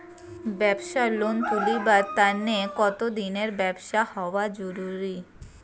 ব্যাবসার লোন তুলিবার তানে কতদিনের ব্যবসা হওয়া জরুরি?